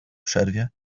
przerwie